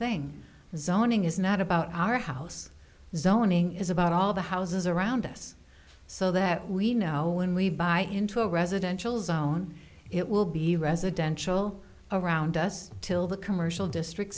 thing zoning is not about our house zoning is about all the houses around us so that we know when we buy into a residential zone it will be residential around us till the commercial district